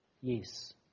yes